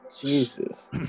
Jesus